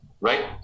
right